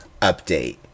update